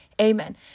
Amen